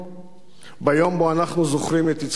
ביום שבו אנחנו זוכרים את יצחק רבין,